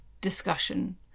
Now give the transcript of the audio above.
discussion